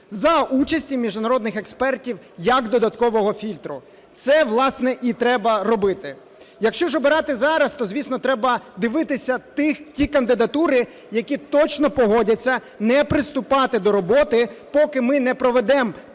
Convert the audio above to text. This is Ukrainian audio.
за участі міжнародних експертів як додаткового фільтру. Це, власне, і треба робити. Якщо ж обирати зараз, то, звісно, треба дивитися ті кандидатури, які точно погодяться не приступати до роботи, поки ми не проведемо